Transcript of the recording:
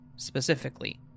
specifically